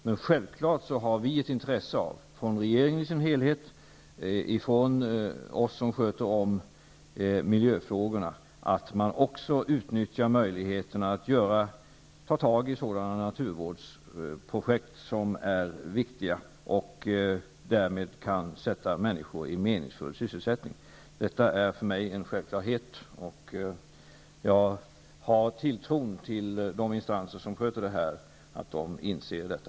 Men självfallet har vi -- regeringen i sin helhet och vi som sköter om miljöfrågorna -- ett intresse av att man också utnyttjar möjligheterna att ta tag i sådana naturvårdsprojekt som är viktiga och därmed kan ge människor meningsfull sysselsättning. Det är för mig en självklarhet. Jag har tilltron till de instanser som sköter det här att de inser detta.